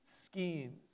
schemes